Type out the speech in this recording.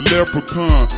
Leprechaun